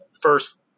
first